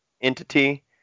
entity